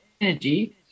Energy